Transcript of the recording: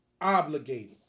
obligated